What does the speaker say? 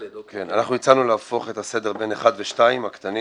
אנחנו הצענו להפוך את הסדר בין (1) ו-(2) הקטנים: